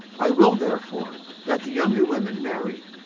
i will therefore that the younger women marry,